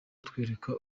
atwereka